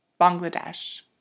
Bangladesh